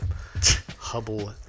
Hubble